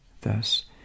thus